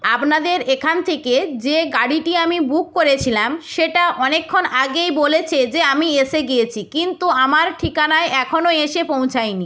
আপনাদের এখান থেকে যে গাড়িটি আমি বুক করেছিলাম সেটা অনেকক্ষণ আগেই বলেছে যে আমি এসে গিয়েছি কিন্তু আমার ঠিকানায় এখনও এসে পৌঁছায়নি